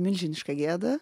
milžiniška gėda